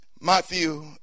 Matthew